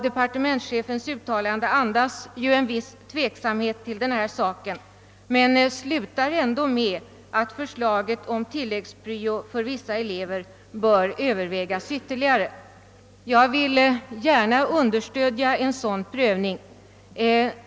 Departementschefens uttalande andas ju en viss tveksamhet, men slutar ändå med att förslaget om tilläggspryo för vissa elever bör övervägas ytterligare. Jag vill gärna understödja en sådan prövning.